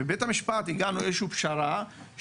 ובבית המשפט הגענו לאיזושהי פשרה,